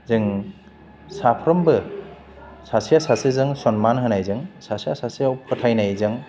जों साफ्रोमबो सासेया सासेजों सनमान होनायजों सासेया सासेयाव फोथायनायजों